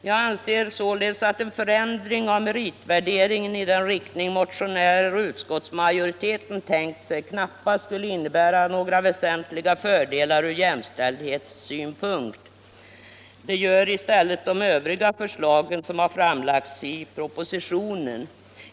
Jag anser således att en förändring av meritvärderingen i den riktning som motionärer och utskottsmajoriteten tänkt sig knappast skulle innebära några väsentliga fördelar ur jämställdhetssynpunkt. Det gör i stället de övriga förslagen som har framlagts i propositionen.